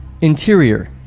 Interior